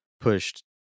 pushed